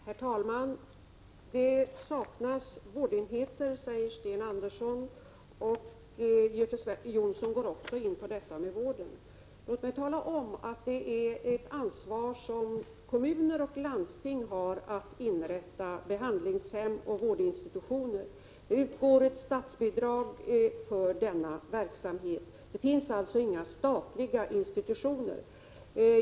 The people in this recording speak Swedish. Herr talman! Det saknas vårdenheter, säger Sten Andersson. Göte Jonsson går också in på frågan om vård. Låt mig tala om att kommuner och landsting har ansvaret för att inrätta behandlingshem och vårdinstitutioner. Det utgår statsbidrag till denna verksamhet. Det finns alltså inga statliga institutioner.